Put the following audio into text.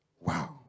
Wow